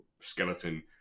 skeleton